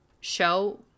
show